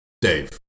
Dave